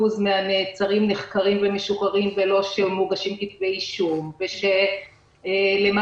מהנעצרים נחקרים ומשוחררים בלא שמוגשים כתבי אישום ולמעלה